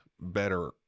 better